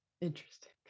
interesting